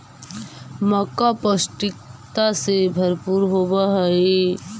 मक्का पौष्टिकता से भरपूर होब हई